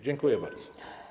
Dziękuję bardzo.